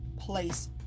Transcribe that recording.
place